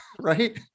right